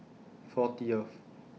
fortieth